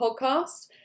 podcast